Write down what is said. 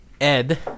Ed